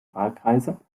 wahlkreise